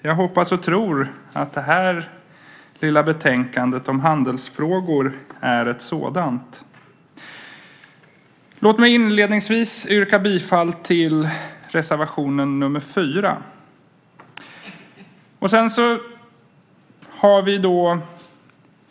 Jag hoppas och tror att det här lilla betänkandet om handelsfrågor är ett sådant. Låt mig inledningsvis yrka bifall till reservation nr 4.